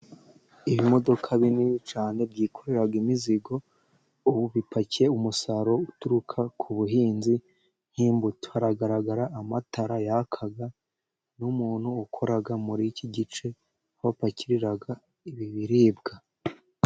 ibimodoka binini cyane byikorera imizigo, ubu bipakiye umusaruro uturuka ku buhinzi nk'imbuto haragaragara amatara yaka n'umuntu ukora muri iki gice aho bapakirira ibi biribwa.